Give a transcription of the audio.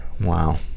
wow